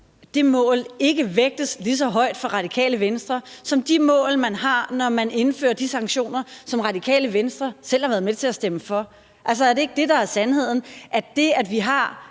ud, ikke vægtes lige så højt for Radikale Venstre, som de mål, man har, når man indfører de sanktioner, som Radikale Venstre selv har været med til at stemme for? Altså, er det ikke det, der er sandheden? Det, at vi har